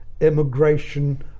immigration